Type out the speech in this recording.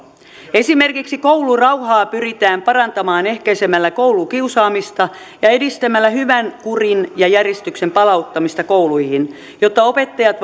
esimerkiksi koulurauhaa pyritään parantamaan ehkäisemällä koulukiusaamista ja edistämällä hyvän kurin ja järjestyksen palauttamista kouluihin jotta opettajat